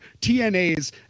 TNAs